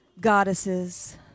goddesses